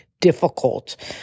difficult